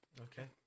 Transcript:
Okay